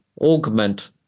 augment